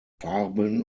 farben